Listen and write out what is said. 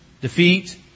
defeat